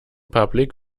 public